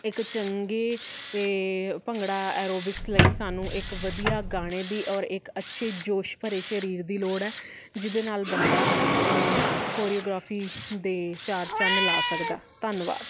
ਇੱਕ ਚੰਗੇ ਭੰਗੜਾ ਐਰੋਬਿਕਸ ਲਈ ਸਾਨੂੰ ਇੱਕ ਵਧੀਆ ਗਾਣੇ ਦੀ ਔਰ ਇੱਕ ਅੱਛੇ ਜੋਸ਼ ਭਰੇ ਸਰੀਰ ਦੀ ਲੋੜ ਹੈ ਜਿਹਦੇ ਨਾਲ ਬੰਦਾ ਕੋਰੀਓਗ੍ਰਾਫੀ ਦੇ ਚਾਰ ਚੰਨ ਲਾ ਸਕਦਾ ਧੰਨਵਾਦ